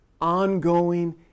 ongoing